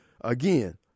again